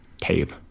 tape